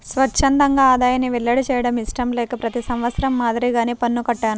స్వఛ్చందంగా ఆదాయాన్ని వెల్లడి చేయడం ఇష్టం లేక ప్రతి సంవత్సరం మాదిరిగానే పన్ను కట్టాను